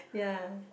ya